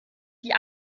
die